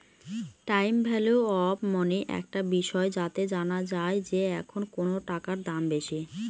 time value of money একটা বিষয় যাতে জানা যায় যে এখন কোনো টাকার দাম বেশি